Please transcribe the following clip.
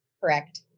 Correct